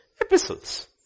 epistles